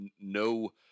no